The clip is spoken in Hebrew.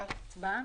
נצביע?